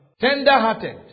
tender-hearted